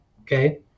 Okay